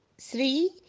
three